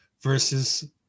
versus